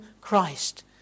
Christ